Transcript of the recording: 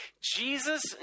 jesus